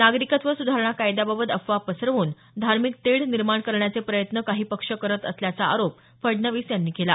नागरिकत्व सुधारणा कायद्याबाबत अफवा पसरवून धार्मिक तेढ निर्माण करण्याचे प्रयत्न काही पक्ष करत असल्याचा आरोप फडणवीस यांनी केला